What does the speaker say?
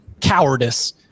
cowardice